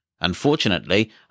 Unfortunately